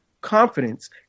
confidence